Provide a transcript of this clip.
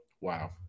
Wow